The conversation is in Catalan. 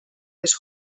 les